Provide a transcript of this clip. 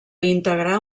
integrar